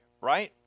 right